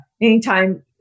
Anytime